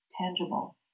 tangible